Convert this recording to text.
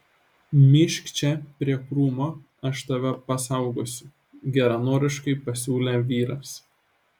myžk čia prie krūmo aš tave pasaugosiu geranoriškai pasiūlė vyras